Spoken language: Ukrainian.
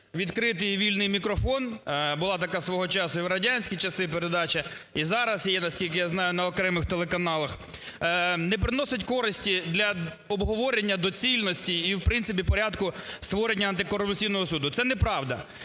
відкритий, і вільний мікрофон, була така часу і в радянські часи передача, і зараз є, наскільки я знаю, на окремих телеканалах, не приносить користі для обговорення доцільності і в принципі порядку створення антикорупційного суду, це неправда.